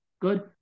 Good